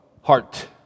heart